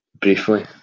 briefly